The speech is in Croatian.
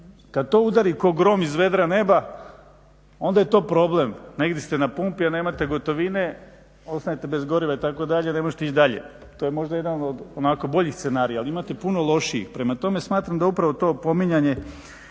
Kad to udari kao grom iz vedra neba onda je to problem. Negdje ste na pumpi, a nemate gotovine, ostanete bez goriva itd., ne možete ići dalje. To je možda jedan od onako boljih scenarija, ali imate puno lošijih. Prema tome, smatram da upravo to opominjanje